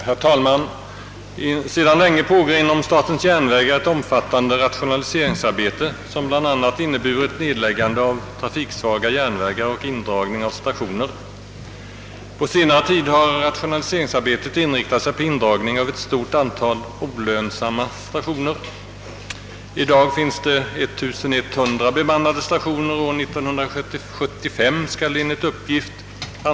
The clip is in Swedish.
Herr talman! Sedan länge pågår inom statens järnvägar ett omfattande rationaliseringsarbete, som bland annat inneburit nedläggande av trafiksvaga järnvägar och indragning av stationer. På senare tid har rationaliseringsarbetet inriktat sig på indragning av ett stort antal »olönsamma» stationer. I dag finns det 1100 bemannade stationer, år 1975 skall enligt uppgift i pressen antalet vara reducerat till mellan 200 och 300. Ingen ansvarskännande medborgare vill förneka nyttan av rationaliseringar inom näringslivet. Ett affärsdrivande verk som statens järnvägar är i det fallet inget undantag. Men det gäller här inte enbart statens järnvägars ekonomi.